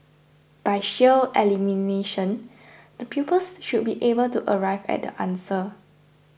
by sheer elimination the pupils should be able to arrive at the answer